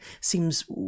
seems